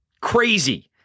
crazy